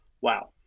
wow